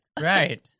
Right